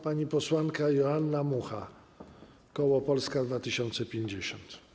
Pani posłanka Joanna Mucha, koło Polska 2050.